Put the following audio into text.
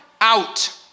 out